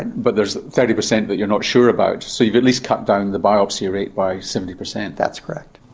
but there's thirty per cent that but you're not sure about, so you've at least cut down and the biopsy rate by seventy per cent. that's correct.